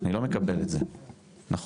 אני לא מקבל את זה, נכון?